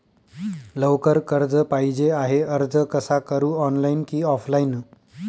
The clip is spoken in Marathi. लवकर कर्ज पाहिजे आहे अर्ज कसा करु ऑनलाइन कि ऑफलाइन?